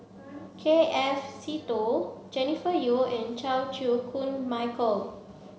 K F Seetoh Jennifer Yeo and Chan Chew Koon Michael